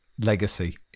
legacy